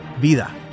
vida